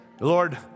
Lord